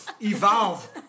evolve